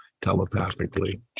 telepathically